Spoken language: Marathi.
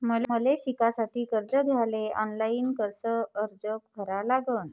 मले शिकासाठी कर्ज घ्याले ऑनलाईन अर्ज कसा भरा लागन?